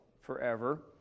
forever